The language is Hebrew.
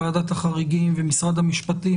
ועדת החריגים ומשרד המשפטים,